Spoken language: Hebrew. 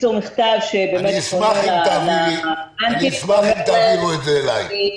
אני אשמח אם תעבירו את זה אליי.